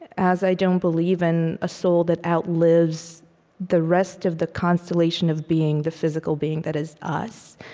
as i don't believe in a soul that outlives the rest of the constellation of being, the physical being that is us.